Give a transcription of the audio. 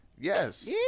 yes